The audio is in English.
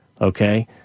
okay